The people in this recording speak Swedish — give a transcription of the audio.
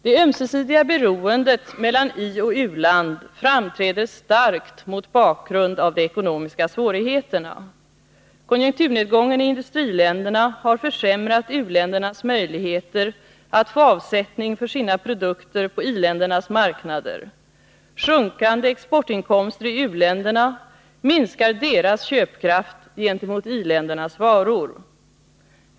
Det ömsesidiga beroendet mellan ioch u-land framträder starkt mot bakgrund av de ekonomiska svårigheterna. Konjunkturnedgången i industriländerna har försämrat u-ländernas möjligheter att få avsättning för sina produkter på i-ländernas marknader. Sjunkande exportinkomster i uländerna minskar deras köpkraft gentemot i-ländernas varor.